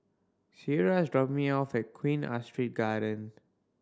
Ciera is dropping me off at Queen Astrid Garden